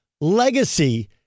legacy